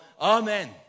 amen